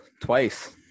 Twice